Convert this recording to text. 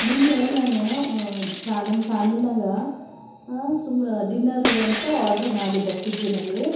ನಿನ್ನೆ ನಾನು ಫ್ಯಾ ನಮ್ಮ ಫ್ಯಾಮ್ಲಿನಾಗ ಸುಮ್ರ ಡಿನ್ನರು ಅಂತ ಆಡ್ರು ಮಾಡಿದ್ದ ಸ್ವಿಗ್ಗಿನಲ್ಲಿ